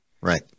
Right